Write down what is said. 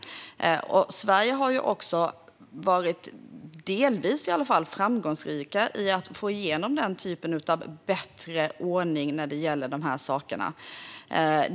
Sverige har, i alla fall delvis, varit framgångsrika i att få igenom denna typ av bättre ordning när det gäller dessa saker.